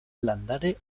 landare